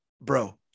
bro